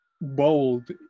bold